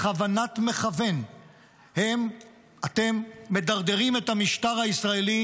בכוונת מכוון אתם מדרדרים את המשטר הישראלי